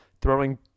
Throwing